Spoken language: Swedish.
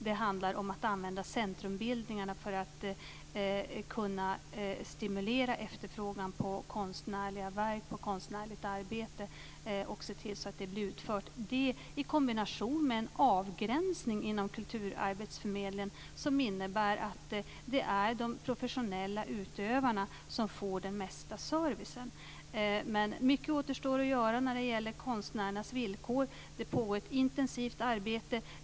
Det handlar om att använda centrumbildningarna för att kunna stimulera efterfrågan på konstnärliga verk och konstnärligt arbete och se till att det blir utfört. Detta i kombination med en avgränsning inom kulturarbetsförmedlingen som innebär att det är de professionella utövarna som får den mesta servicen. Mycket återstår att göra när det gäller konstnärernas villkor. Det pågår ett intensivt arbete.